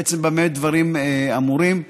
במה הדברים אמורים?